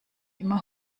immer